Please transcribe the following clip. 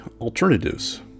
alternatives